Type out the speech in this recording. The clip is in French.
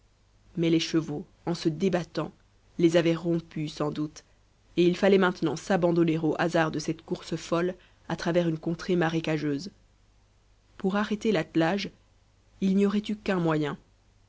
mais les chevaux en se débattant les avaient rompues sans doute et il fallait maintenant s'abandonner au hasard de cette course folle à travers une contrée marécageuse pour arrêter l'attelage il n'y aurait eu qu'un moyen